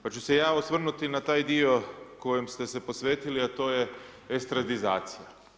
Pa ću se ja osvrnuti na taj dio kojom ste se posvetili, a to je estradizacija.